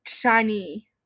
shiny